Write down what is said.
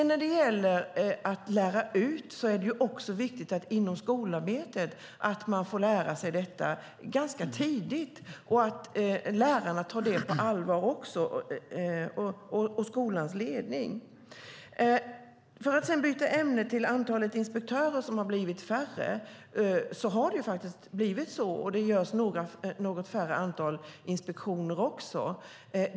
När det gäller att lära ut är det också viktigt att man inom skolarbetet får lära sig detta ganska tidigt och att lärarna och skolans ledning också tar det på allvar. Jag ska sedan byta ämne och ta upp frågan om att antalet inspektörer har blivit mindre. Det har faktiskt blivit så, och det görs något färre inspektioner också.